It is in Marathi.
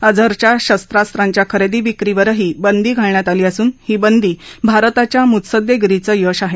अजहरच्या शस्त्रांस्त्राच्या खरेदी विक्रीवरही बंदी घालण्यात आली असून ही बंदी भारताच्या मुत्सदेगिरीचं यश आहे